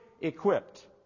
equipped